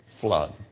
flood